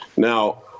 Now